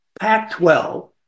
Pac-12